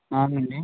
అవునండి